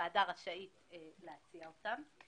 הוועדה רשאית להציע אותם.